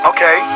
Okay